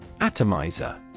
atomizer